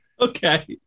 Okay